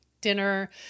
dinner